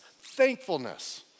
thankfulness